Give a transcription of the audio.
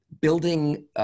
building